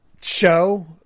show